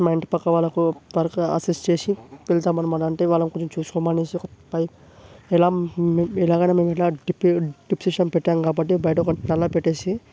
మా ఇంటి పక్కవాళ్ళకి వర్క్ అసిస్ట్ చేసి వెళ్తాం అన్నమాట అంటే వాళ్ళను కొంచెం చూసుకోమని ఒక పై ఎలాం ఎలాగైనా మేము ఇలా డ్రిప్ డ్రిప్ సిస్టమ్ పెట్టాము కాబట్టి బయట ఒక నల్లా పెట్టేసి